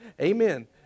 Amen